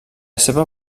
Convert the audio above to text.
seva